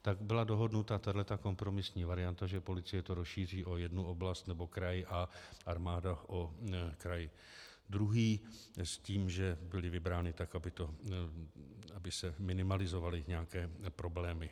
Tak byla dohodnuta tato kompromisní varianta, že policie to rozšíří o jednu oblast nebo kraj a armáda o kraj druhý, s tím, že byly vybrány tak, aby se minimalizovaly nějaké problémy.